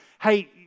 hey